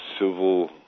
civil